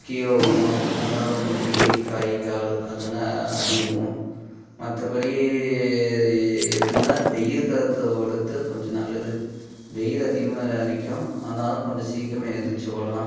கீழே உழுவோம் அதனால் முட்டி கை கால் அதனா அடி உழுவும் மற்றபடி எதுனால் வெயில் காலத்தில் ஓடுறது கொஞ்சம் நல்லது வெயில் அதிகமாக அடிக்கும் அதனால் கொஞ்சம் சீக்கிரமாக எழுந்திரிச்சி ஓடலாம்